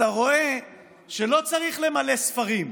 אתה רואה שלא צריך למלא ספרים.